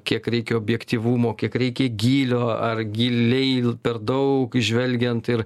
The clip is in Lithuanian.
kiek reikia objektyvumo kiek reikia gylio ar giliai per daug žvelgiant ir